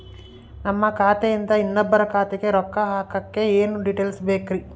ನಮ್ಮ ಖಾತೆಯಿಂದ ಇನ್ನೊಬ್ಬರ ಖಾತೆಗೆ ರೊಕ್ಕ ಹಾಕಕ್ಕೆ ಏನೇನು ಡೇಟೇಲ್ಸ್ ಬೇಕರಿ?